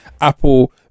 Apple